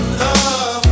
love